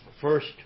first